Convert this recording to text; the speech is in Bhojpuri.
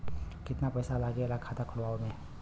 कितना पैसा लागेला खाता खोलवावे में?